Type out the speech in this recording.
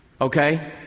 Okay